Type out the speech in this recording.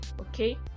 okay